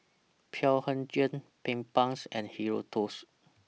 Blephagel Bedpans and Hirudoid's